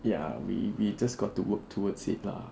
ya we we just got to work towards it lah